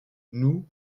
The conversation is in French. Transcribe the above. nous